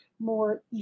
more